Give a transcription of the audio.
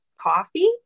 coffee